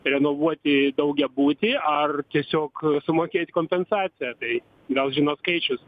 renovuoti daugiabutį ar tiesiog sumokėti kompensaciją tai gal žino skaičius